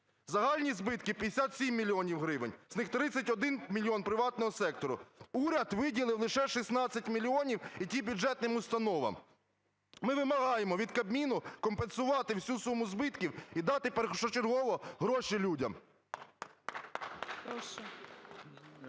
Загальні збитки – 57 мільйонів гривень, з них – 31 мільйон приватного сектору. Уряд виділив лише 16 мільйонів і ті бюджетним установам. Ми вимагаємо від Кабміну компенсувати всю суму збитків і дати першочергово гроші людям.